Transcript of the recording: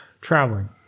traveling